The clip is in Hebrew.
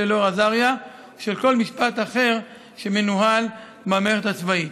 אלאור עזריה או של כל משפט אחר שמנוהל במערכת הצבאית.